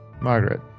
Margaret